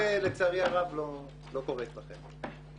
זה לצערי הרב לא קורה אצלכם.